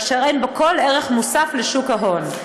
אשר אין בו כל ערך מוסף לשוק ההון.